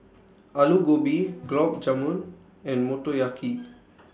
Alu Gobi Gulab Jamun and Motoyaki